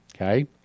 Okay